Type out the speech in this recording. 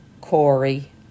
Corey